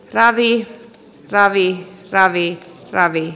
ravi kc ravi kc ravi kc ravi